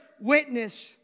witness